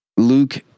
Luke